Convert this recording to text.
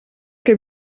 que